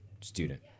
student